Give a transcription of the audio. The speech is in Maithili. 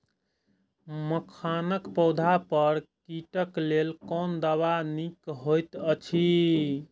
मखानक पौधा पर कीटक लेल कोन दवा निक होयत अछि?